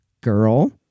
girl